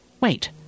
Wait